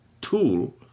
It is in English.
tool